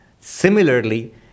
Similarly